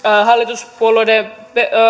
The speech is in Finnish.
hallituspuolueiden